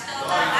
שהגשת אותה,